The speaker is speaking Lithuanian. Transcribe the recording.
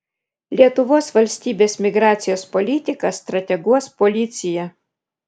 lietuvos valstybės migracijos politiką strateguos policija